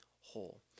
whole